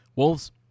Wolves